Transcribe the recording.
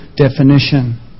definition